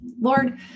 Lord